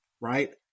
right